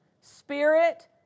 Spirit